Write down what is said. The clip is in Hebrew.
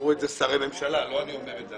אמרו את זה שרי ממשלה, לא אני אומר את זה.